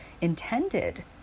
intended